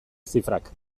zifrak